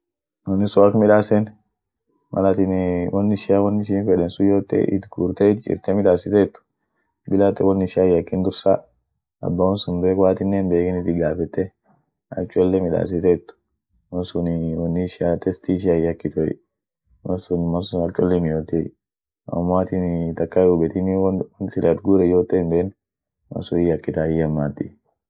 Woni sun ak midasen, mal atinii won ishia won ishi feden sun yoote it guurte it chirte midasitet bila at won ishia hinyakin dursa aba won sun beek woatinen himbekini, gafette ak cholle midasitet won sunii woni ishia testi ishia hin yakituey, won sun mal sun ak cholle miotiey amo woatin takaa hihubetini won sila it guuren yote hinbeen, malsun hin yakitay hiyammati.